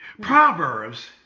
Proverbs